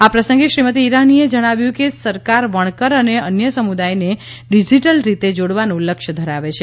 આ પ્રસંગે શ્રીમતી ઇરાનીએ જણાવ્યું કે સરકાર વણકર અને અન્ય સમુદાયને ડિજિટલ રીતે જોડવાનું લક્ષ્ય ધરાવે છે